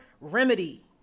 remedy